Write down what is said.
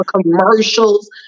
commercials